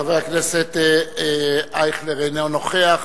חבר הכנסת ישראל אייכלר, אינו נוכח.